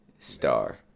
Star